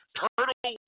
turtle